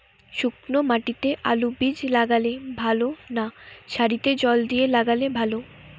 শুক্নো মাটিতে আলুবীজ লাগালে ভালো না সারিতে জল দিয়ে লাগালে ভালো?